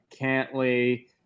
Cantley